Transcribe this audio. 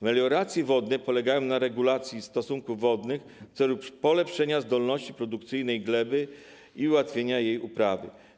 Melioracja wodna polega na regulacji stosunków wodnych w celu polepszenia zdolności produkcyjnej gleby i ułatwienia jej uprawy.